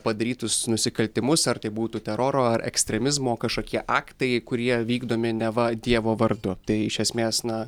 padarytus nusikaltimus ar tai būtų teroro ar ekstremizmo kažkokie aktai kurie vykdomi neva dievo vardu tai iš esmės na